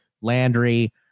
Landry